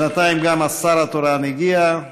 בינתיים גם השר התורן הגיע,